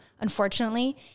unfortunately